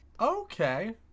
Okay